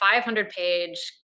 500-page